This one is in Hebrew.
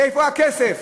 איפה הכסף?